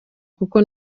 kuko